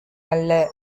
நல்ல